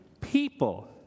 people